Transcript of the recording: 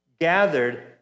gathered